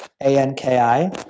A-N-K-I